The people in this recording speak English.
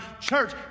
church